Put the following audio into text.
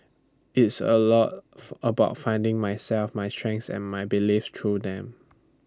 it's A lot about finding myself my strengths and my beliefs through them